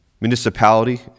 municipality